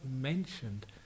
mentioned